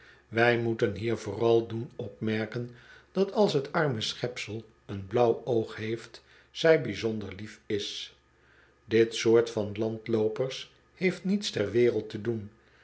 wij moeten hier vooral doen opmerken dat als t arme schepsel een blauw oog heeft zij bijzonder lief is dit soort van landloopers heeft niets ter wereld te doen